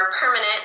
permanent